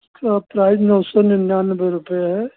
इसका प्राइस नौ सौ निनयानबे रुपये है